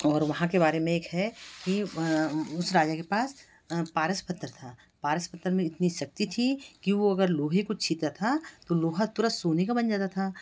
और वहाँ के बारे में एक है कि उस राजा के पास पारस पत्थर था पारस पत्थर में इतनी शक्ति थी कि वह अगर लोहे को छूता था तो लोहा तुरन्त सोने का बन जाता था